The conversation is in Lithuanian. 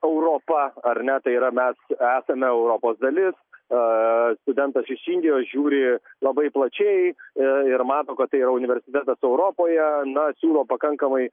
europa ar ne tai yra mes esame europos dalis a studentas iš indijos žiūri labai plačiai ir mato kad tai yra universitetas europoje na siūlo pakankamai